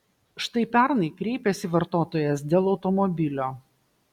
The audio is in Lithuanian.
štai pernai kreipėsi vartotojas dėl automobilio